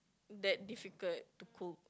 that difficult to cook